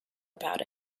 about